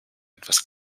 etwas